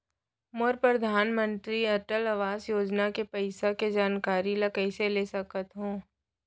मोर परधानमंतरी अटल आवास योजना के पइसा के जानकारी ल कइसे ले सकत हो?